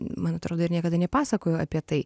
man atrodo ir niekada nepasakojau apie tai